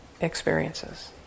experiences